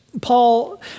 Paul